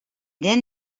then